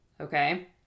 Okay